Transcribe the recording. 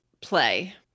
play